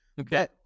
Okay